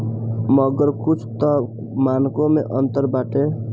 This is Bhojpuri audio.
मगर कुछ तअ मानको मे अंतर बाटे